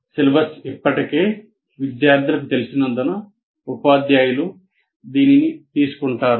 syllabus ఇప్పటికే విద్యార్థులకు తెలిసినందున ఉపాధ్యాయులు దీనిని తీసుకుంటారు